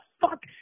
fuck